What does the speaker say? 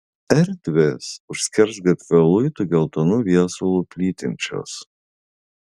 erdvės už skersgatvio luitų geltonu viesulu plytinčios